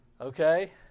okay